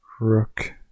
Rook